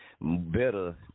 better